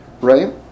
Right